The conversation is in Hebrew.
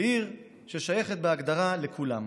בעיר ששייכת בהגדרה לכולם,